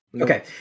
okay